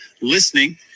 listening